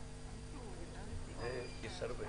10:30)